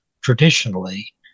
traditionally